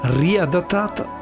riadattata